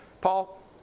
Paul